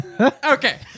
Okay